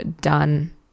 done